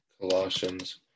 Colossians